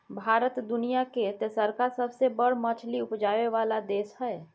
भारत दुनिया के तेसरका सबसे बड़ मछली उपजाबै वाला देश हय